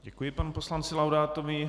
Děkuji panu poslanci Laudátovi.